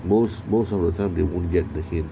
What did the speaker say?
most most of the time they won't get the hill